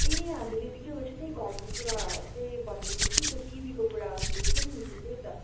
ए हामीले त के भन्छ त्यही घरको कुरा त्यही भन्दैथियो कि त्यो टिभीको कुरा हुँदै थियो नि हिजो त्यही त